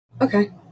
Okay